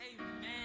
Amen